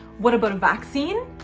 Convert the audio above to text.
what about a vaccine?